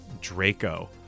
Draco